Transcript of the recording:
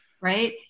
right